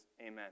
Amen